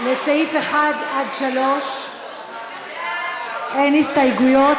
לסעיפים 1 עד 3 אין הסתייגויות.